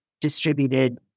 distributed